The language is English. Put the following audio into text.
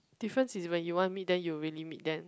difference is when you want meet then you'll really meet then